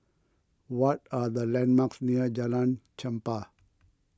what are the landmarks near Jalan Chempah